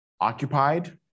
occupied